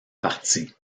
partie